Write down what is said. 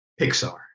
Pixar